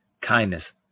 kindness